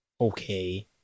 okay